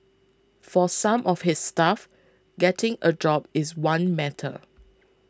for some of his staff getting a job is one matter